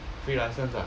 free license ah